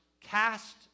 cast